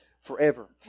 forever